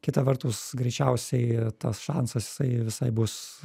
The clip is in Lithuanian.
kita vertus greičiausiai tas šansas jisai visai bus